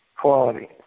quality